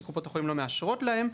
כי קופות החולים לא מאשרות להם,